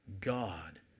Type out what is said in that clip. God